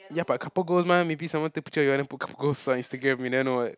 ya but couple goals mah maybe someone take picture you wanna put couple goals sign Instagram you never know [what]